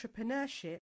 entrepreneurship